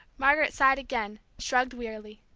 margaret sighed again, shrugged wearily.